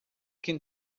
can